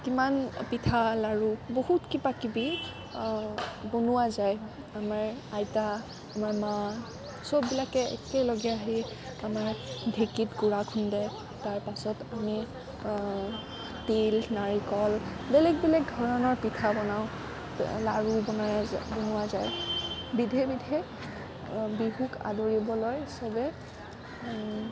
কিমান পিঠা লাড়ু বহুত কিবাকিবি বনোৱা যায় আমাৰ আইতা আমাৰ মা চববিলাকে একেলগে আহি আমাৰ ঢেঁকীত গুড়া খুন্দে তাৰপাছত আমি তিল নাৰিকল বেলেগ বেলেগ ধৰণৰ পিঠা বনাওঁ লাড়ুু বনা বনোৱা যায় বিধে বিধে বিহুক আদৰিবলৈ চবে